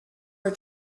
are